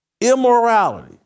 immorality